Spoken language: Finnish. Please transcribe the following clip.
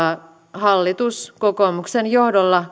hallitus kokoomuksen johdolla